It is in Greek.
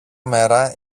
μέρα